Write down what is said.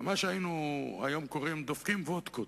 ומה שהיום היינו קוראים "דופקים וודקות".